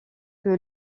que